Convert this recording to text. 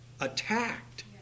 attacked